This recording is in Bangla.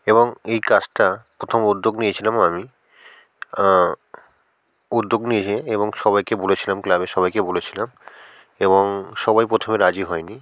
এবং এই কাজটা প্রথম উদ্যোগ নিয়েছিলাম আমি উদ্যোগ নিয়েছে এবং সবাইকে বলেছিলাম ক্লাবের সবাইকে বলেছিলাম এবং সবাই প্রথমে রাজি হয় নি